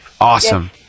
Awesome